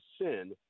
sin